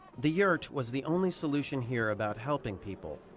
the yurt was the only solution here about helping people,